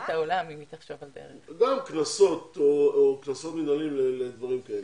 גם קנסות או קנסות מינהליים לדברים כאלה.